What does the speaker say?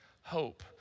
hope